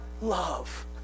love